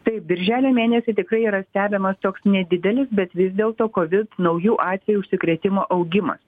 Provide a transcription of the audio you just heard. taip birželio mėnesį tikrai yra stebimas toks nedidelis bet vis dėlto kovid naujų atvejų užsikrėtimo augimas